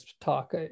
talk